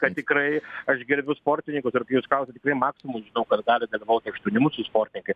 kad tikrai aš gerbiu sportininkus ir kai jūs klausiat tikrai maksimum žinau kas gali dalyvauti aštuoni mūsų sportininkai